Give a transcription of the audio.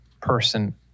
person